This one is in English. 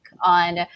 on